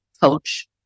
coach